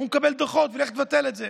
הוא מקבל דוחות ולך תבטל את זה.